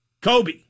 Kobe